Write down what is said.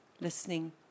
listening